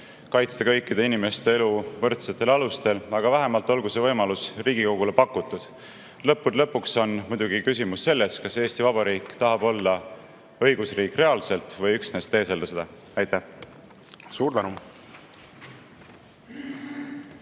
kaitsta kõikide inimeste elu võrdsetel alustel, aga vähemalt olgu see võimalus Riigikogule pakutud. Lõppude lõpuks on muidugi küsimus selles, kas Eesti Vabariik tahab olla õigusriik reaalselt või üksnes teeselda seda. Aitäh! Tere